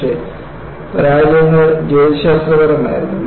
പക്ഷേ പരാജയങ്ങൾ ജ്യോതിശാസ്ത്രപരമായിരുന്നു